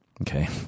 okay